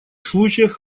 случаях